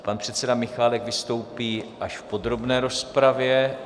Pan předseda Michálek vystoupí až v podrobné rozpravě.